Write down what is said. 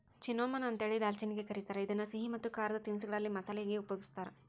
cinnamon ಅಂತೇಳಿ ದಾಲ್ಚಿನ್ನಿಗೆ ಕರೇತಾರ, ಇದನ್ನ ಸಿಹಿ ಮತ್ತ ಖಾರದ ತಿನಿಸಗಳಲ್ಲಿ ಮಸಾಲಿ ಯಾಗಿ ಉಪಯೋಗಸ್ತಾರ